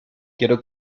quiero